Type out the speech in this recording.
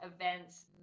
events